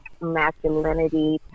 masculinity